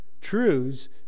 truths